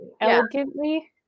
Elegantly